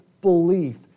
belief